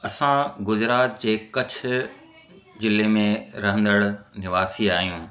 असां गुजरात जे कच्छ ज़िले में रहंदड़ निवासी आहियूं